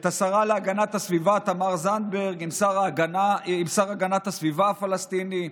את השרה להגנת הסביבה תמר זנדברג עם השר להגנת הסביבה הפלסטיני,